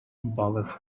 ballets